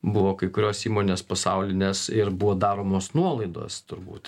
buvo kai kurios įmonės pasaulinės ir buvo daromos nuolaidos turbūt